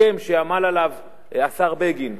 הסכם שעמל עליו השר בגין,